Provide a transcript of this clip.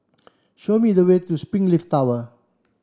show me the way to Springleaf Tower